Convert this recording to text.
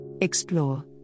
Explore